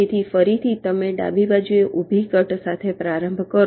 તેથી ફરીથી તમે ડાબી બાજુએ ઊભી કટ સાથે પ્રારંભ કરો